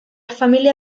familia